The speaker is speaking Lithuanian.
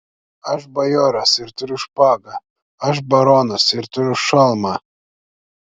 aš bajoras ir turiu špagą aš baronas ir turiu šalmą